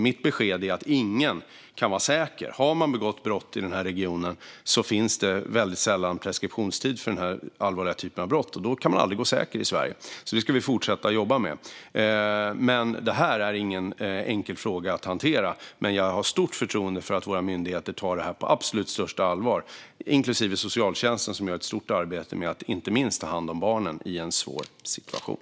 Mitt besked är att ingen som begått brott i den här regionen kan vara säker. Det finns väldigt sällan preskriptionstid för den här allvarliga typen av brott, och då kan man aldrig gå säker i Sverige. Detta ska vi fortsätta att jobba med. Det är ingen enkel fråga att hantera, men jag har stort förtroende för att våra myndigheter tar det här på absolut största allvar, inklusive socialtjänsten, som gör ett stort arbete med att inte minst ta hand om barnen i en svår situation.